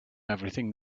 everything